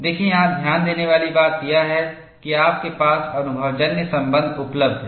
देखें यहाँ ध्यान देने वाली बात यह है कि आपके पास अनुभवजन्य संबंध उपलब्ध हैं